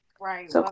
Right